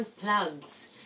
Plugs